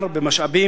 במשאבים,